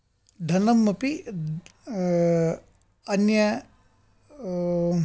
धनम् अपि अन्य